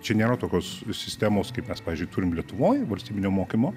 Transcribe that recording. čia nėra tokios sistemos kaip mes pavyzdžiui turim lietuvoj valstybinio mokymo